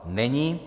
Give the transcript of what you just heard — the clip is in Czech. Není.